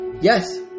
Yes